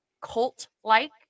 cult-like